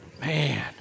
Man